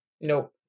Nope